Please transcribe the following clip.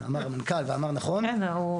המנכ"ל אמר, נכון?